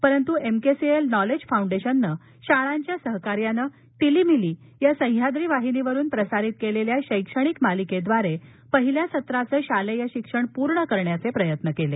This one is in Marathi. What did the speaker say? परंतु एमकेसीएल नॉलेज फाऊंडेशननं शाळांच्या सहकार्यानं टिलीमिली या सह्याद्री वाहिनीवरून प्रसारित केलेल्या शैक्षणिक मालिकेद्वारे पहिल्या सत्राचं शालेय शिक्षण पूर्ण करण्याचे प्रयत्न केले